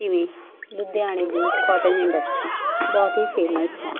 ਜਿਵੇਂ ਲੁਧਿਆਣੇ ਦੀ ਕੋਟਨ ਇੰਡਸਟਰੀ ਬਹੁਤ ਹੀ ਫੇਮਸ ਹੈ